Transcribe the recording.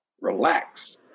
relax